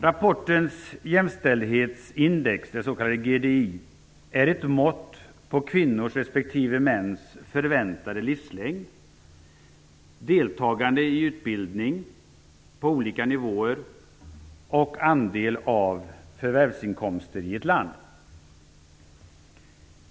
Rapportens jämställdhetsindex, GDI, är ett mått på kvinnors respektive mäns förväntade livslängd, deltagande i utbildning på olika nivåer och andel av förvärvsinkomsterna i ett land.